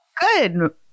Good